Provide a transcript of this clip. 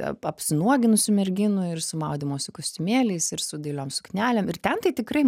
ap apsinuoginusių merginų ir su maudymosi kostiumėliais ir su dailiom suknelėm ir ten tai tikrai